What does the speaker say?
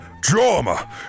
drama